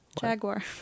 jaguar